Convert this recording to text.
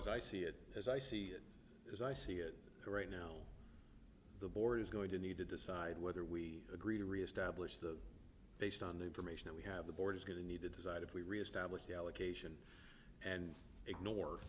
because i see it as i see it as i see it right now the board is going to need to decide whether we agree to reestablish the based on the information that we have the board is going to need to decide if we reestablish the allocation and ignore